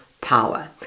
power